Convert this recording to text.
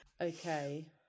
Okay